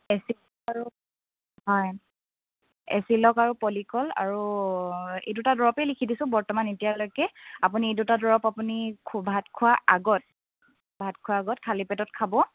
হয় এচিলক আৰু পলিকল আৰু এই দুটা দৰৱেই লিখি দিছোঁ বৰ্তমান এতিয়ালৈকে আপুনি এই দুটা দৰৱ আপুনি ভাত খোৱাৰ আগত ভাত খোৱাৰ আগত খালী পেটত খাব